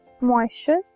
moisture